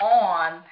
on